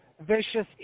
vicious